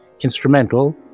Instrumental